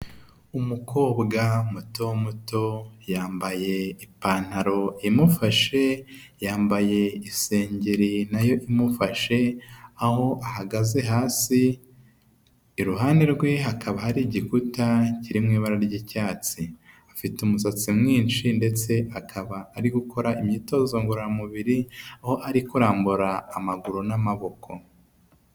Umukobwa muto muto yambaye ipantaro imufashe, yambaye igisengeri nayo imufashe, aho ahagaze hasi iruhande rwe hakaba hari igikuta kiri mu ibara ry'icyatsi, afite umusatsi mwinshi ndetse akaba ari gukora imyitozo ngororamubiri, aho ari kurambura amaguru n'amaboko.